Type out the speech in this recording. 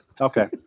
Okay